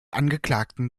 angeklagten